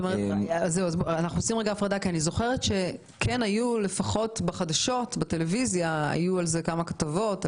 אני זוכרת שלפחות בחדשות היו על זה כמה כתבות.